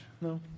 No